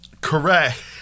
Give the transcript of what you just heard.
Correct